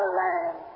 land